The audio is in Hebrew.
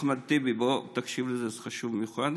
אחמד טיבי, בוא תקשיב לזה, זה חשוב במיוחד,